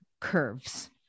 curves